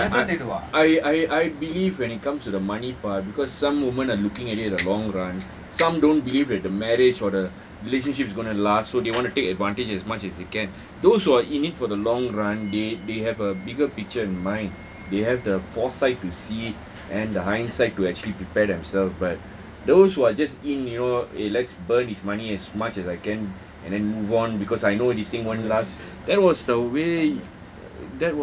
no I I I I I believe when it comes to the money part because some women are looking at it in the long run some don't believe that the marriage or the relationship is going to last so they want to take advantage as much as they can those who are in for the long run they they have a bigger picture in mind they have the foresight to see and the hindsight to actually prepare themselves but those who are just in you know eh let's burn his money as much as I can and then move on because I know this thing won't last that was the way